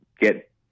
get